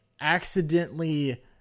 accidentally